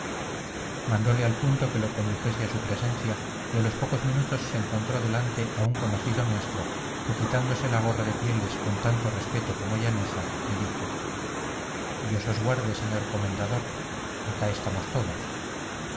mandóle al punto que lo condujese a su presencia y a los pocos minutos se encontró delante a un conocido nuestro que quitándose la gorra de pieles con tanto respeto como llaneza le dijo dios os guarde señor comendador acá estamos todos